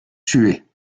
tués